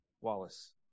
Wallace